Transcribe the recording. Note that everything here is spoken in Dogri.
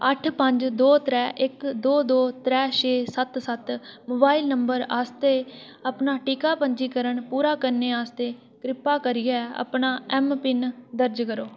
अट्ठ पंज दो त्रै इक दो दो त्रै छे सत्त सत्त मोबाइल नंबर आस्तै अपना टीका पंजीकरण पूरा करने आस्तै कृपा करियै अपना ऐम्मपिन दर्ज करो